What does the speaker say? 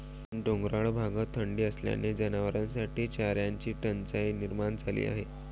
डोंगराळ भागात थंडी असल्याने जनावरांसाठी चाऱ्याची टंचाई निर्माण झाली आहे